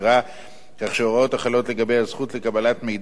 כך שההוראות החלות לגבי הזכות לקבלת מידע של נפגע עבירה,